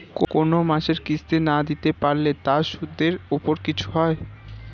কোন মাসের কিস্তি না দিতে পারলে তার সুদের উপর কিছু হয়?